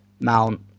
Mount